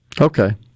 okay